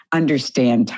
understand